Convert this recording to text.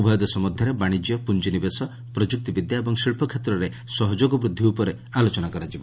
ଉଭୟ ଦେଶ ମଧ୍ୟରେ ବାଣିଜ୍ୟ ପୁଞ୍ଜିନିବେଶ ପ୍ରଯୁକ୍ତିବିଦ୍ୟା ଏବଂ ଶିଚ୍ଚକ୍ଷେତ୍ରରେ ସହଯୋଗ ବୃଦ୍ଧି ଉପରେ ଏହି ବୈଠକରେ ଆଲୋଚନା କରାଯିବ